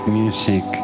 music